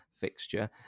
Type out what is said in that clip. fixture